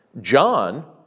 John